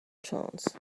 chance